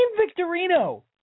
Victorino